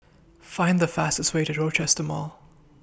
Find The fastest Way to Rochester Mall